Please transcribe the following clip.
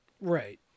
Right